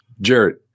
Jared